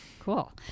Cool